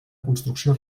construcció